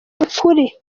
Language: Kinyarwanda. ukuri